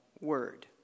word